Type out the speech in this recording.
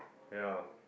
ya